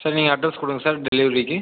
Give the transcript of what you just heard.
சரி நீங்கள் அட்ரெஸ் கொடுங்க சார் டெலிவரிக்கு